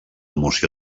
moció